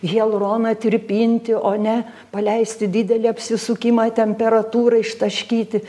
hialuroną tirpinti o ne paleisti didelį apsisukimą temperatūrą ištaškyti